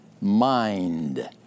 mind